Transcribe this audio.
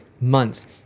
months